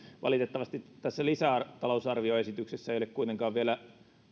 valitettavasti tässä lisätalousarvioesityksessä ei ole kuitenkaan vielä